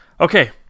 Okay